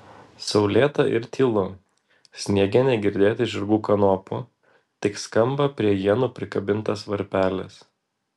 saulėta ir tylu sniege negirdėti žirgų kanopų tik skamba prie ienų prikabintas varpelis